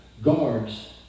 guard's